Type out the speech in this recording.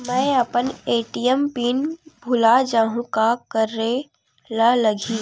मैं अपन ATM pin भुला जहु का करे ला लगही?